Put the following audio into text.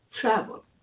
travel